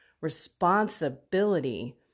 responsibility